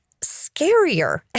scarier